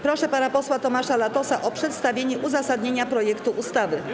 Proszę pana posła Tomasza Latosa o przedstawienie uzasadnienia projektu ustawy.